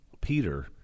Peter